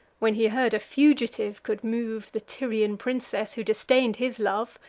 when he heard a fugitive could move the tyrian princess, who disdain'd his love,